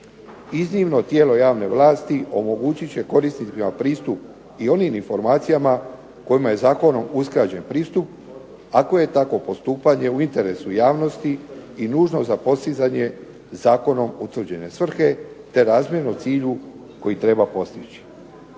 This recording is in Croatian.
Iznimno tijelo javne vlasti omogućiti će korisnicima pristup i onim informacijama kojima je zakonom uskraćen pristup ako je tako postupanje u interesu javnosti i nužno za postizanjem zakonom utvrđene svrhe, te razmjerno cilju koji treba postići.